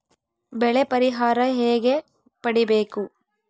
ಬೆಳೆ ಪರಿಹಾರ ಹೇಗೆ ಪಡಿಬೇಕು?